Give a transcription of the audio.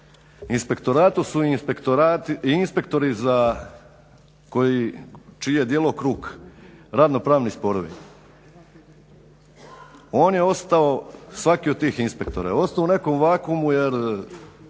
inspektoratu su inspektori za koji, čiji je djelokrug radnopravni sporovi, on je ostao, svaki od tih inspektora je ostao u nekakvom vakuumu jer